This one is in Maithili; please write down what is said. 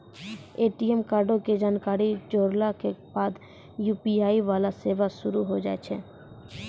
ए.टी.एम कार्डो के जानकारी जोड़ला के बाद यू.पी.आई वाला सेवा शुरू होय जाय छै